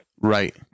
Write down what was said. Right